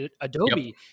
Adobe